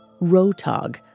Rotog